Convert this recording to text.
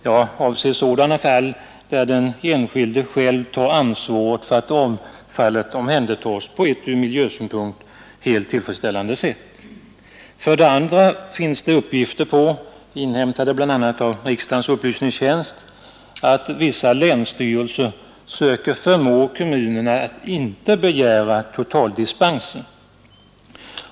Jag avser fall då den enskilde själv tar ansvaret för att avfallet omhändertas på ett ur miljösynpunkt helt tillfredsställande sätt. För det andra finns det uppgifter — inhämtade bl.a. genom riksdagens upplysningstjänst — om att vissa länsstyrelser försöker förmå kommunerna att inte begära totaldispens.